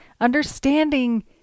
understanding